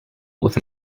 with